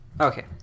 Okay